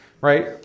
right